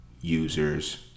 Users